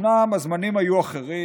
אומנם הזמנים היו אחרים.